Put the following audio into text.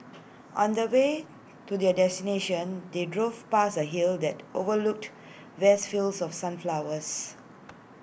on the way to their destination they drove past A hill that overlooked vast fields of sunflowers